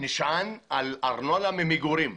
נשען על ארנונה ממגורים,